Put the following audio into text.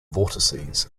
vortices